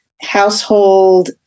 household